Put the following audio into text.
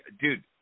dude